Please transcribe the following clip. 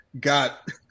got